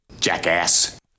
jackass